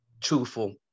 truthful